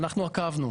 ואנחנו עקבנו,